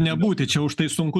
nebūti čia už tai sunku